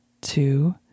two